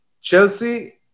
Chelsea